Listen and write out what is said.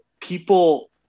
people